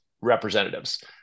representatives